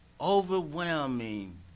overwhelming